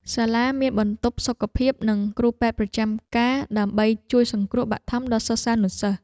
សាលាមានបន្ទប់សុខភាពនិងគ្រូពេទ្យប្រចាំការដើម្បីជួយសង្គ្រោះបឋមដល់សិស្សានុសិស្ស។